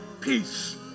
peace